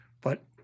But-